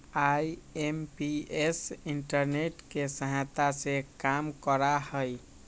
IMPS internet के सहायता से काम करा हई